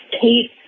Kate